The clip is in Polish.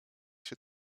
się